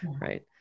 right